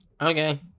Okay